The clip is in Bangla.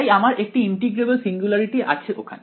তাই আমার একটি ইন্টিগ্রেবেল সিঙ্গুলারিটি আছে ওখানে